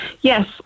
Yes